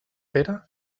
pere